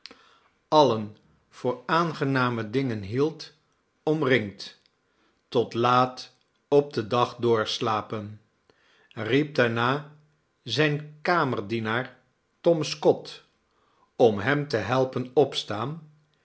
alien voor aangename dingen hield omringd tot laat op den dag doorslapen riep daarna zijn kamerdienaar tom scott om hem te helpen opstaan